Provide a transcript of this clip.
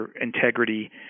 integrity